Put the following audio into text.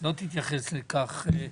ולא תתייחס לכך.